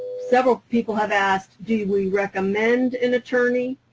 several people have asked do we recommend an attorney.